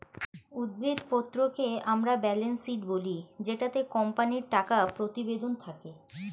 উদ্ধৃত্ত পত্রকে আমরা ব্যালেন্স শীট বলি জেটাতে কোম্পানির টাকা প্রতিবেদন থাকে